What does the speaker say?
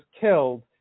killed